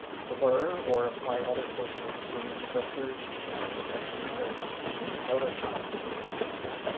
blur or apply other sorts of image filters just like you could in photoshop or something like that.